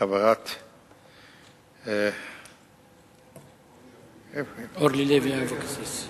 וחברת הכנסת אורלי לוי אבקסיס